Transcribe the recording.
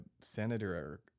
senator